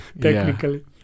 Technically